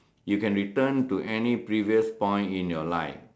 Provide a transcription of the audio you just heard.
you can return to any previous point in your life